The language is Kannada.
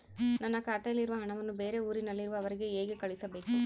ನನ್ನ ಖಾತೆಯಲ್ಲಿರುವ ಹಣವನ್ನು ಬೇರೆ ಊರಿನಲ್ಲಿರುವ ಅವರಿಗೆ ಹೇಗೆ ಕಳಿಸಬೇಕು?